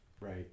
Right